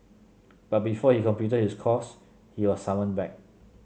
but before he completed his course he was summoned back